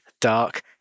dark